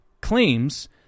claims